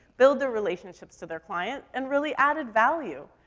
build their relationships to their client, and really added value.